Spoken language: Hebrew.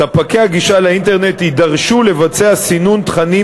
ספקי הגישה לאינטרנט יידרשו לבצע סינון תכנים